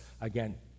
again